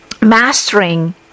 mastering